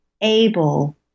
able